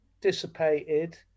dissipated